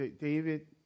David